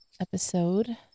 episode